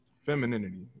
femininity